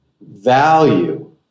Value